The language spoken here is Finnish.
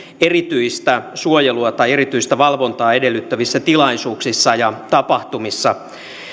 erityistä suojelua tai erityistä valvontaa edellyttävissä tilaisuuksissa ja tapahtumissa